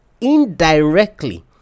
indirectly